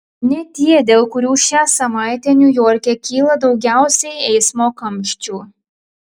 ne tie dėl kurių šią savaitę niujorke kyla daugiausiai eismo kamščių